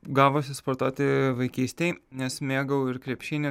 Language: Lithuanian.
gavosi sportuoti vaikystėj nes mėgau ir krepšinį